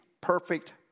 perfect